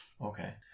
okay